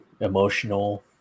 emotional